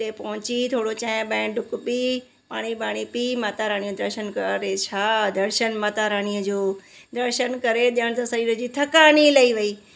उते पहुंची थोड़ो चांहिं ॿाहिं ढुक पी पाणी ॿाणी पी माता रानीअ जो दर्शन कयो अरे छा दर्शन माता रानीअ जो दर्शन करे ॼण त शरीर जी थकान ई लही वई